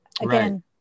Again